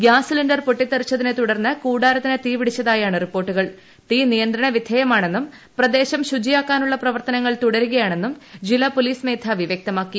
gas cylinder പൊട്ടിത്തെറിച്ചത്യിനെതുടർന്ന് കൂടാരത്തിന് തീ പിടിച്ചതായാണ് റിപ്പോർട്ടുകൾ തീ നിയന്ത്രണവിധേയമാണെന്നും പ്രദേശം ശുചിയാക്കാനുള്ള് പ്രവർത്തനം തുടരുകയാണെന്നും ജില്ലാ പോലീസ് മേധാപ്പി വ്യക്തമാക്കി